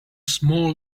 small